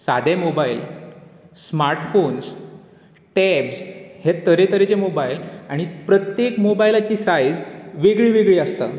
सादे mobile smartphones tabs हे तरे तरेचे मोबायल आनी प्रत्येक मोबायलाची सायज वेगळी वेगळी आसता